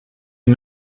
you